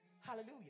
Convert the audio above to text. Hallelujah